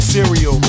Cereal